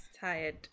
tired